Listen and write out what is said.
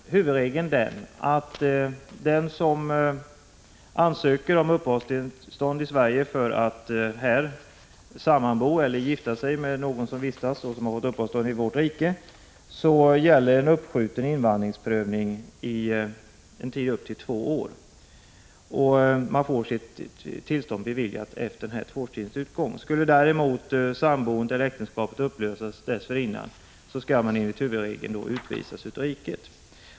Huvudregeln är att den som ansöker om uppehållstillstånd i Sverige för att sammanbo eller gifta sig med någon som bor i landet eller har fått uppehållstillstånd här får s.k. uppskjuten invandringsprövning under en tid av två år. Efter tvåårsperiodens utgång får man tillstånd att vistas i riket. Men om samboendet eller äktenskapet upplöses dessförinnan skall vederbörande enligt huvudregeln utvisas ur riket.